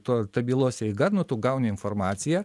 tuo bylos eiga nu tu gauni informaciją